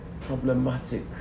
problematic